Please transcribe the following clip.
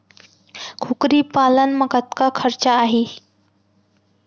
कुकरी पालन म कतका खरचा आही?